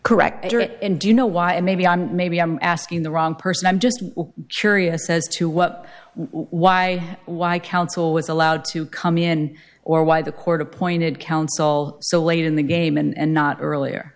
it and do you know why and maybe i'm maybe i'm asking the wrong person i'm just curious as to what why why counsel was allowed to come in or why the court appointed counsel so late in the game and not earlier